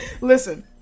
Listen